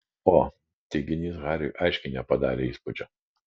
o teiginys hariui aiškiai nepadarė įspūdžio